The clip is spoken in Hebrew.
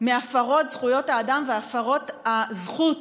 זכויות האדם והפרות הזכות